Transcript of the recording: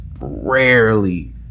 rarely